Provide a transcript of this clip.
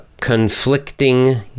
conflicting